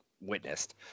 witnessed